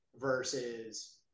versus